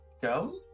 go